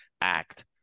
act